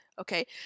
okay